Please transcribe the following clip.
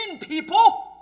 people